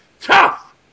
Tough